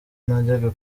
najyaga